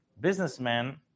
businessman